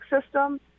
system